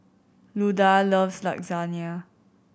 Luda loves Lasagne